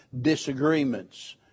disagreements